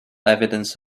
evidence